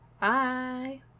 Bye